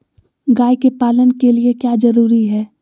गाय के पालन के लिए क्या जरूरी है?